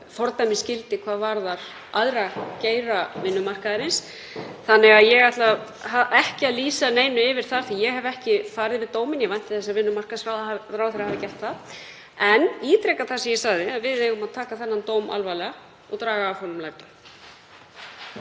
— hafi fordæmisgildi hvað varðar aðra geira vinnumarkaðarins ætla ég ekki að lýsa neinu yfir því að ég hef ekki farið yfir dóminn. Ég vænti þess að vinnumarkaðsráðherra hafi gert það. En ég ítreka það sem ég sagði að við eigum að taka þennan dóm alvarlega og draga af honum lærdóm.